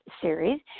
series